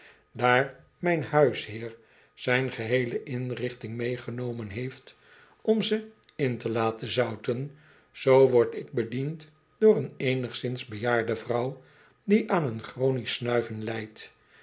daar mijn huisheer zijn geheele inrichting meegenomen heeft om ze in te laten zouten zoo word ik bediend door een eenigszins bejaarde vrouw die aan een chronisch snuiven lijdt